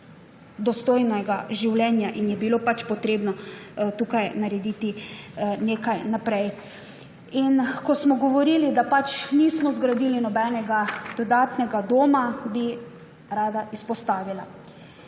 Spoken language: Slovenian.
dostojnega življenja in je bilo treba tukaj nekaj narediti. Ko smo govorili, da nismo zgradili nobenega dodatnega doma, bi rada izpostavila,